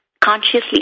consciously